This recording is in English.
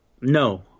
No